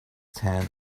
tent